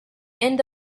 end